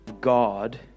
God